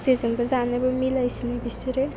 जेजोंबो जानोबो मिलायसिनो बिसोरो